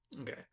Okay